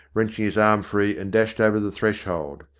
wrenching his arm free, and dashed over the threshold.